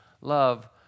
love